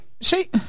See